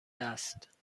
است